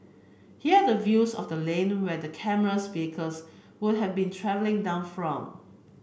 here the view of the lane where the camera's vehicles would've been travelling down from